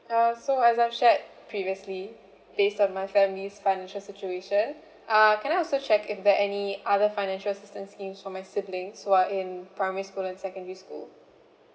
uh so as I've shared previously based on my family's financial situation uh can I also check if there're any other financial assistance schemes for my siblings who are in primary school and secondary school